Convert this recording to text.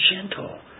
Gentle